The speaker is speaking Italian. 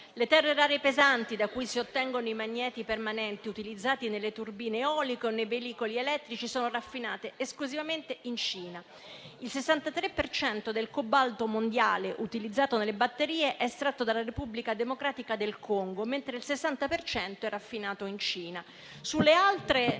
le terre rare pesanti, da cui si ottengono i magneti permanenti utilizzati nelle turbine eoliche o nei veicoli elettrici, sono raffinate esclusivamente in Cina; il 63 per cento del cobalto mondiale utilizzato nelle batterie è estratto dalla Repubblica Democratica del Congo; il 60 per cento è raffinato in Cina.